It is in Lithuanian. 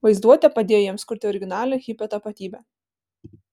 vaizduotė padėjo jiems kurti originalią hipio tapatybę